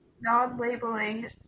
non-labeling